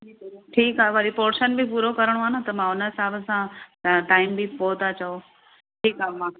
ठीकु आहे वरी पोर्शन बि पूरो करणो आहे न त हुन हिसाब सां टाइम बि पोइ त चओ ठीकु आहे मां